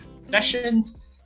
sessions